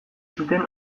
zuten